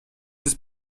des